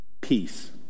Peace